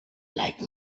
like